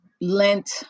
lent